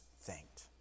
thanked